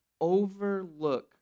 overlook